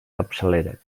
capçalera